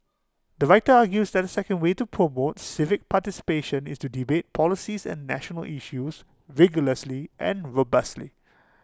the writer argues that the second way to promote civic participation is to debate policies and national issues rigorously and robustly